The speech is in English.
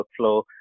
workflow